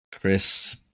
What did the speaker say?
Chris